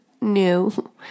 No